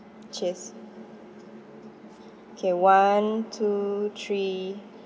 cheers k one two three